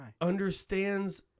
Understands